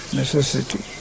necessity